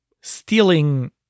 stealing